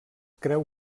creu